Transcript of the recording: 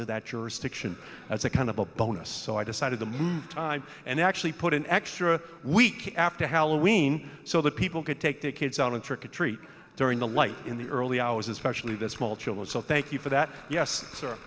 r that jurisdiction as a kind of a bonus so i decided the time and actually put an extra week after halloween so that people could take their kids on inter country during the light in the early hours especially the small children so thank you for that yes sir